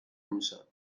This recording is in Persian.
میشم